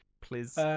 Please